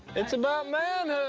it's about manhood.